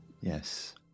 Yes